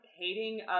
hating